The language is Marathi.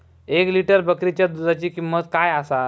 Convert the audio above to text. एक लिटर बकरीच्या दुधाची किंमत काय आसा?